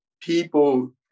people